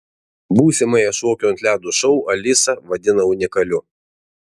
būsimąją šokių ant ledo šou alisa vadina unikaliu